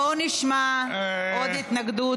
בואו נשמע עוד התנגדות.